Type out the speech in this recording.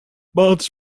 patrz